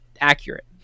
accurate